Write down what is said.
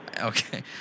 Okay